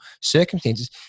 circumstances